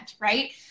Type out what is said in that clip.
Right